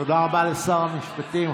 תודה רבה לשר המשפטים.